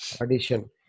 addition